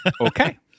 Okay